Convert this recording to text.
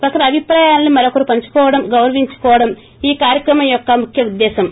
ఒకరి అభిప్రాయాలను మరొకరు పంచుకోవడం గౌరవించుకోవడమే ఈ కార్చక్రమం ముఖ్య ఉద్దేశ్వం